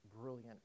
brilliant